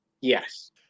Yes